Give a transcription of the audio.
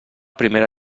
primera